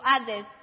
others